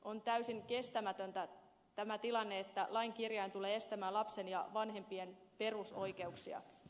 on täysin kestämätön tämä tilanne että lain kirjain tulee estämään lapsen ja vanhempien perusoikeuksia